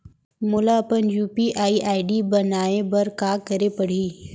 मोला अपन UPI ID बनाए बर का करे पड़ही?